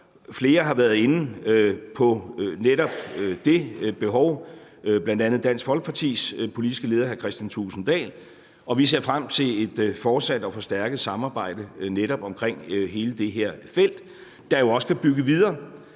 Flere har været inde på netop det behov, bl.a. Dansk Folkepartis politiske leder, hr. Kristian Thulesen Dahl. Og vi ser frem til et fortsat og forstærket samarbejde netop omkring hele det her felt, der jo også kan bygge videre